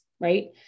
right